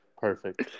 Perfect